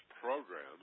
programs